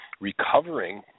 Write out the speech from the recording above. recovering